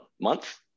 month